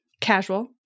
casual